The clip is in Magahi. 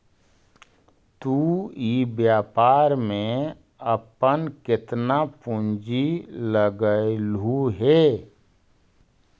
तु इ व्यापार में अपन केतना पूंजी लगएलहुं हे?